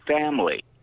family